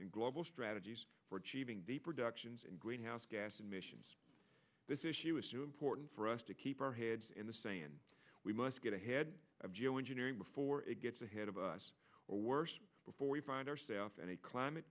and global strategies for achieving the productions and greenhouse gas emissions this issue is too important for us to keep our heads in the sand we must get ahead of geoengineering before it gets ahead of us or worse before we find our staff any climate